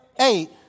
eight